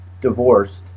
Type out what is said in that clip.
divorced